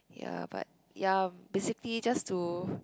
ya but ya basically just to